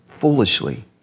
foolishly